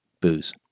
booze